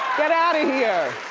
get outta here.